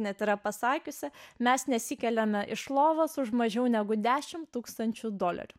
net yra pasakiusi mes nesikeliame iš lovos už mažiau negu dešimt tūkstančių dolerių